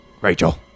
Rachel